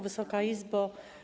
Wysoka Izbo!